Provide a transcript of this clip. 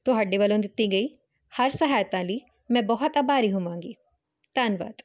ਤੁਹਾਡੇ ਵੱਲੋਂ ਦਿੱਤੀ ਗਈ ਹਰ ਸਹਾਇਤਾ ਲਈ ਮੈਂ ਬਹੁਤ ਆਭਾਰੀ ਹੋਵਾਂਗੀ ਧੰਨਵਾਦ